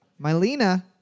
Mylena